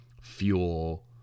fuel